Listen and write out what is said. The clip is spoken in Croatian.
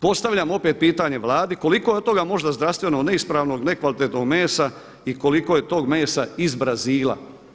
Postavljam opet pitanje Vladi koliko je od toga možda zdravstveno neispravnog, nekvalitetnog mesa i koliko je tog mesa iz Brazila.